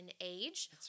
age